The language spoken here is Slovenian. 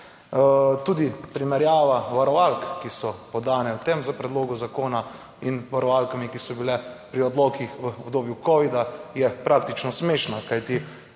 Tudi primerjava varovalk, ki so podane v tem predlogu zakona in varovalkami, ki so bile pri odlokih v obdobju Covida, je praktično smešna,